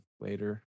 later